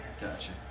Gotcha